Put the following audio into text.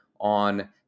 on